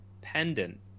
pendant